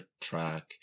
track